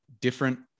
different